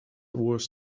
oars